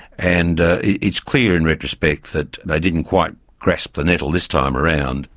and it's clear in retrospect that they didn't quite grasp the nettle this time around.